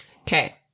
Okay